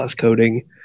coding